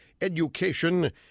education